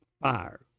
fire